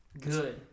Good